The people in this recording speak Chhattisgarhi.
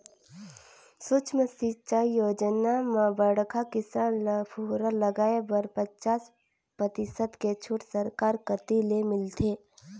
सुक्ष्म सिंचई योजना म बड़खा किसान ल फुहरा लगाए बर पचास परतिसत के छूट सरकार कति ले मिलथे